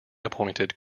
appointed